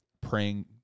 praying